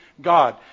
God